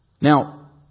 Now